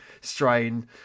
strain